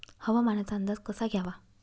हवामानाचा अंदाज कसा घ्यावा?